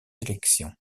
élections